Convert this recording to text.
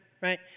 Right